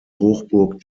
hochburg